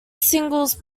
singles